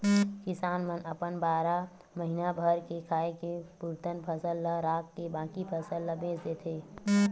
किसान मन अपन बारा महीना भर के खाए के पुरतन फसल ल राखके बाकी फसल ल बेच देथे